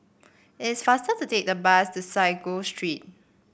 it's faster to take the bus to Sago Street